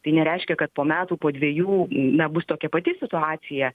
tai nereiškia kad po metų po dviejų na bus tokia pati situacija